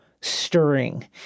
stirring